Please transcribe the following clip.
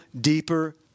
deeper